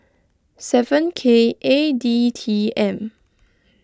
seven K eight D T M